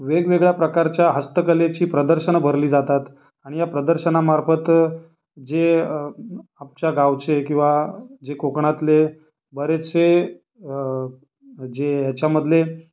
वेगवेगळ्या प्रकारच्या हस्तकलेची प्रदर्शनं भरली जातात आणि या प्रदर्शनामार्फत जे आमच्या गावचे किंवा जे कोकणातले बरेचसे जे ह्याच्यामधले